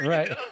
Right